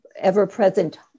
ever-present